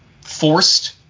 forced